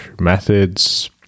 methods